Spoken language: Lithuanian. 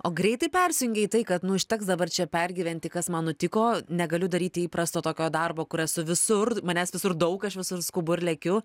o greitai persijungei į tai kad nu užteks dabar čia pergyventi kas man nutiko negaliu daryti įprasto tokio darbo kur esu visur manęs visur daug aš visur skubu ir lekiu